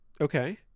Okay